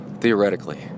theoretically